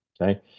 okay